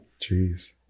Jeez